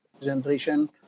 generation